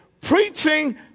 preaching